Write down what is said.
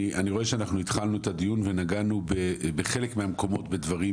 אני רואה שהתחלנו את הדיון ונגענו בחלק מהמקומות